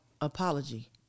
apology